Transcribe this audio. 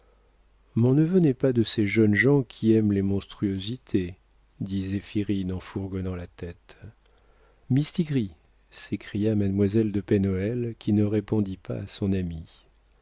mon neveu n'est pas de ces jeunes gens qui aiment les monstruosités dit zéphirine en fourgonnant sa tête mistigris s'écria mademoiselle de pen hoël qui ne répondit pas à son amie